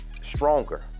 stronger